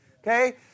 okay